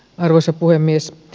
arvoisa puhemies